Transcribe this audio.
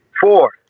Four